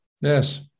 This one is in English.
yes